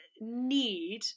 need